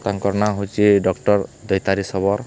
ତାଙ୍କର୍ ନାଁ ହଉଚେ ଡକ୍ଟର୍ ଦୈତାରି ଶବର୍